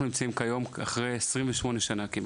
אנחנו נמצאים היום כעבור כמעט 28 שנה,